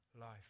life